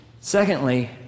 Secondly